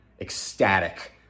ecstatic